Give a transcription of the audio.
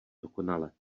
dokonale